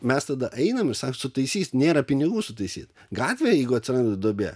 mes tada einam ir sakom sutaisys nėra pinigų sutaisyt gatvę jeigu atsiranda duobė